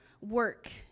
work